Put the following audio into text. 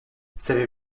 savez